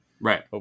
right